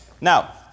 now